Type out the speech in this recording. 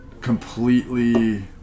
completely